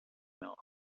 mars